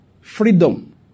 Freedom